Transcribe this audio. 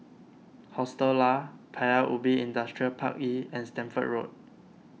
Hostel Lah Paya Ubi Industrial Park E and Stamford Road